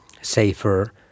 safer